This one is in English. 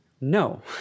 No